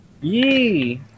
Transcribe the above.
Yee